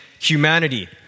humanity